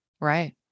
right